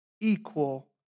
Equal